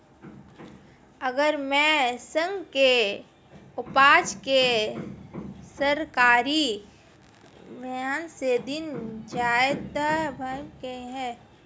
अगर मैं मूंग की उपज को सरकारी भाव से देना चाहूँ तो मुझे क्या करना होगा?